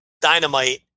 dynamite